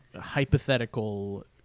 hypothetical